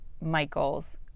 Michael's